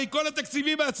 הרי את כל התקציבים עצרו,